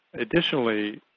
additionally,